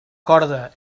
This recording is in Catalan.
corda